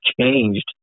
changed